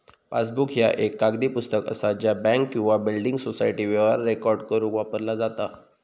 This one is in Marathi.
पासबुक ह्या एक कागदी पुस्तक असा ज्या बँक किंवा बिल्डिंग सोसायटी व्यवहार रेकॉर्ड करुक वापरला जाता